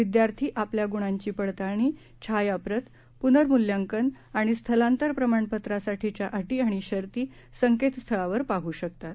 विद्यार्थी आपल्या गुणांची पडताळणी छायाप्रत पुनर्मूल्यांकन आणि स्थलांतर प्रमाणपत्रांसाठीच्या अटी आणि शर्ती संकेतस्थळावर पाहु शकतात